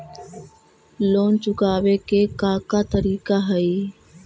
Loan चुकावे के का का तरीका हई?